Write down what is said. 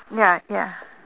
ya ya